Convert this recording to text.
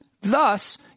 Thus